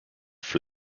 for